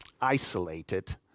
isolated